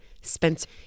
Spencer